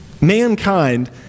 mankind